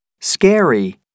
SCARY